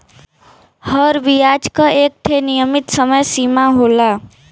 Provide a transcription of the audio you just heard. हर बियाज क एक ठे नियमित समय सीमा होला